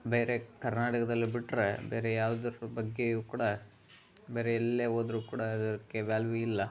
ಬೇರೆ ಕರ್ನಾಟಕದಲ್ಲಿ ಬಿಟ್ಟರೆ ಬೇರೆ ಯಾವುದರ ಬಗ್ಗೆಯೂ ಕೂಡ ಬೇರೆ ಎಲ್ಲೇ ಹೋದ್ರು ಕೂಡ ಅದಕ್ಕೆ ವ್ಯಾಲ್ಯೂ ಇಲ್ಲ